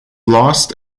lost